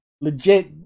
legit